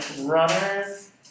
runners